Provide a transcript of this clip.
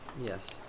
Yes